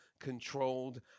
controlled